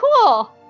cool